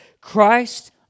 Christ